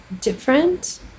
different